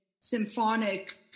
symphonic